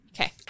Okay